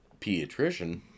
pediatrician